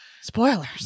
Spoilers